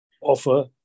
offer